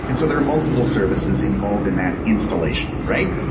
and so there are multiple services involved in that installation, right?